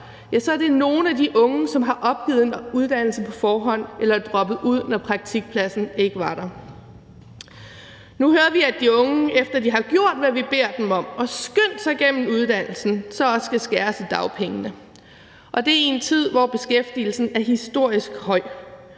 job, er det nogle af de unge, som har opgivet en uddannelse på forhånd eller er droppet ud, når praktikpladsen ikke var der. Nu hører vi, at de unge, efter de har gjort, hvad vi beder dem om, og har skyndt sig igennem uddannelsen, også skal skæres i dagpengene, og det i en tid, hvor beskæftigelsen er historisk høj,